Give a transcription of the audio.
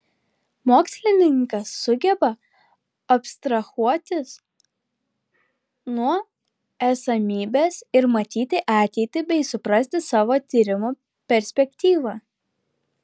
mokslininkas sugeba abstrahuotis nuo esamybės ir matyti ateitį bei suprasti savo tyrimų perspektyvą